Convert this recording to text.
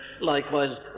Likewise